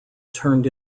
turned